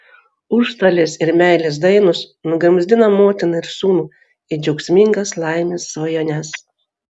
užstalės ir meilės dainos nugramzdina motiną ir sūnų į džiaugsmingas laimės svajones